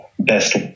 best